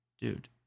dude